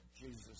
Jesus